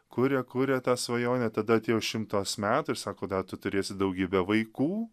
kurie kuria tą svajonę tada atėjo šimtas metų ir sako da tu turėsi daugybę vaikų